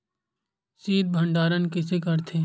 शीत भंडारण कइसे करथे?